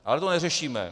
Ale to neřešíme.